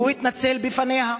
והוא התנצל בפניה.